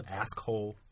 asshole